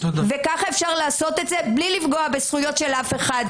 כך אפשר לעשות את זה בלי לפגוע בזכויות אזרח.